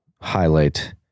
highlight